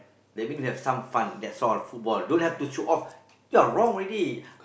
that means we have some fun that's all football don't have to show off you're wrong already